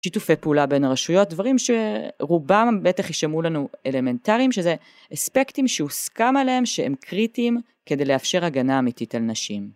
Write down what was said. שיתופי פעולה בין הרשויות, דברים שרובם בטח יישמעו לנו אלמנטריים, שזה אספקטים שהוסכם עליהם שהם קריטיים כדי לאפשר הגנה אמיתית על נשים